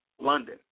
London